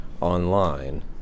online